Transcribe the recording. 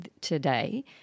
today